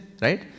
right